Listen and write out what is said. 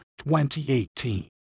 2018